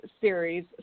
series